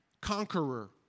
conqueror